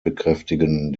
bekräftigen